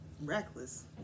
reckless